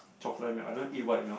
chocolate milk I don't eat white milk